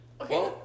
Okay